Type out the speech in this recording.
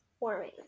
warming